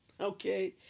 okay